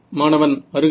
மாணவன் அருகலை